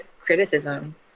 criticism